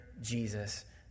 Jesus